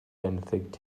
benthyg